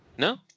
No